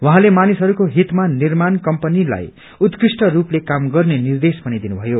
उहाँले मानिसहरूको हितमा निर्माण कम्पनीलाई उत्कृष्ट रूपते काम गर्ने निर्देश पिन दिनु भयो